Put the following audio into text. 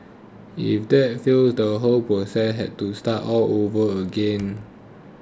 if that failed the whole process had to start all over again